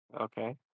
Okay